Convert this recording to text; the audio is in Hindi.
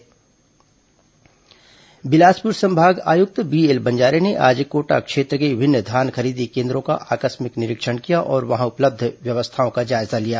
धान खरीदी निरीक्षण बिलासपुर संभाग आयुक्त बीएलबंजारे ने आज कोटा क्षेत्र के विभिन्न धान खरीदी केन् द्रों का आकस्मिक निरीक्षण किया और वहां उपलब्ध व्यवस्थाओं का जायजा लिया